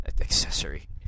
Accessory